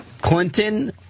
Clinton